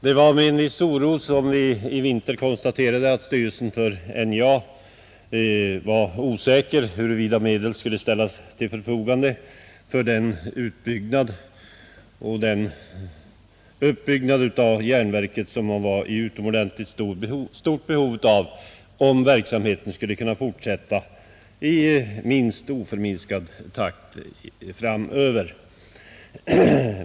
Det var med en viss oro som vi i vintras konstaterade att styrelsen för NJA var osäker om huruvida medel skulle ställas till förfogande för den utbyggnad och uppbyggnad av järnverket som man var i utomordentligt stort behov av om verksamheten skulle kunna fortsätta i minst oförminskad takt framöver.